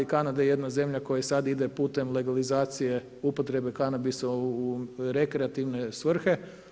Kanada je jedna zemlja koja sad ide putem legalizacije upotrebe kanabisa u rekreativne svrhe.